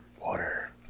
Water